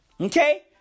Okay